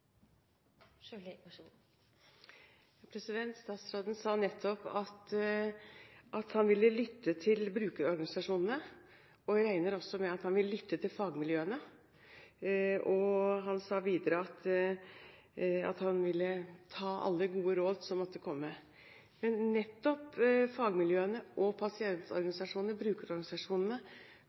Statsråden sa nettopp at han ville lytte til brukerorganisasjonene. Jeg regner også med at han vil lytte til fagmiljøene. Han sa videre at han ville ta alle gode råd som måtte komme. Men nettopp fagmiljøene og pasientorganisasjonene, brukerorganisasjonene,